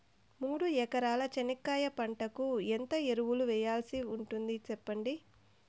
మూడు ఎకరాల చెనక్కాయ పంటకు ఎంత ఎరువులు వేయాల్సి ఉంటుంది సెప్పండి?